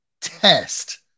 test